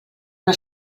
una